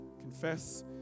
Confess